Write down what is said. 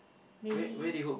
maybe